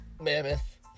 Mammoth